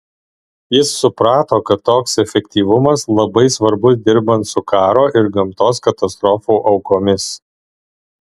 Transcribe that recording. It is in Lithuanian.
jis suprato kad toks efektyvumas labai svarbus dirbant su karo ir gamtos katastrofų aukomis